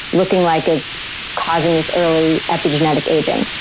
looking like it's causing this early epigenetic aging.